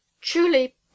Truly